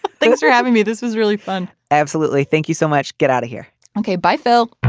thanks for having me. this is really fun. absolutely. thank you so much. get out of here. ok. by phil